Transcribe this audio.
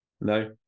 No